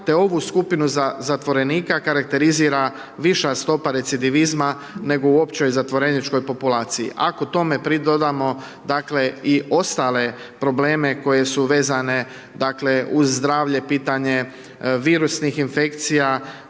te ovu skupinu zatvorenika karakterizira viša stopa recidivizma, nego u općoj zatvoreničkoj populaciji. Ako tome pridodamo, dakle, i ostale probleme koje su vezane, dakle, uz zdravlje, pitanje virusnih infekcija